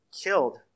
killed